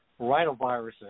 rhinoviruses